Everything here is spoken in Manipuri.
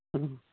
ꯎꯝ